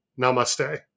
Namaste